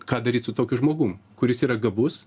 ką daryt su tokiu žmogum kuris yra gabus